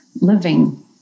living